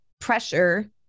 pressure